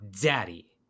Daddy